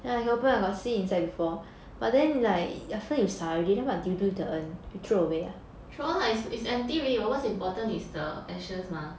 throw lah it's empty already what's important is the ashes mah